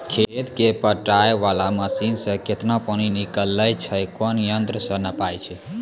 खेत कऽ पटाय वाला मसीन से केतना पानी निकलैय छै कोन यंत्र से नपाय छै